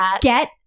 get